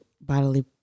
Bodily